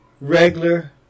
regular